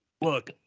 Look